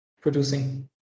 producing